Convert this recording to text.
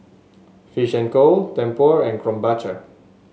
Fish and Co Tempur and Krombacher